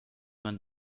man